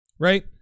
right